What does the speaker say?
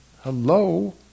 Hello